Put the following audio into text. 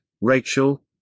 Rachel